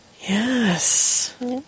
Yes